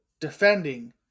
defending